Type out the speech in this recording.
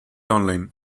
online